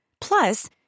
Plus